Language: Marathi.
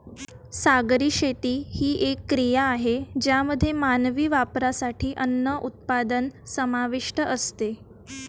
सागरी शेती ही एक क्रिया आहे ज्यामध्ये मानवी वापरासाठी अन्न उत्पादन समाविष्ट असते